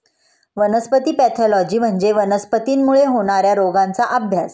वनस्पती पॅथॉलॉजी म्हणजे वनस्पतींमुळे होणार्या रोगांचा अभ्यास